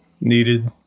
needed